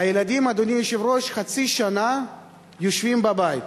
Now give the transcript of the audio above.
הילדים, אדוני היושב-ראש, חצי שנה יושבים בבית.